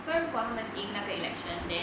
so 如果他们赢那个 election then